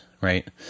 right